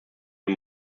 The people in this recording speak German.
den